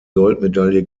goldmedaille